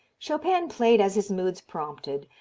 chopin played as his moods prompted,